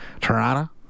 Toronto